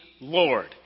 Lord